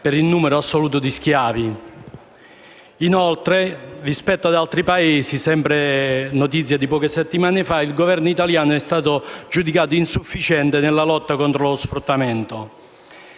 per il numero assoluto di schiavi. Inoltre, rispetto ad altri Paesi - è sempre notizia di poche settimane fa - l'operato del Governo è stato giudicato insufficiente nella lotta contro lo sfruttamento.